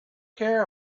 care